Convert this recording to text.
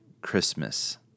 Christmas